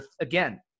again